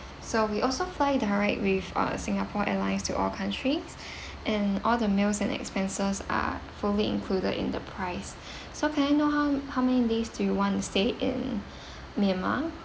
so we also fly direct with uh Singapore Airlines to all countries and all the meals and expenses are fully included in the price so can I know how how many days do you want to stay in myanmar